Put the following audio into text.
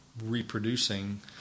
Reproducing